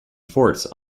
forts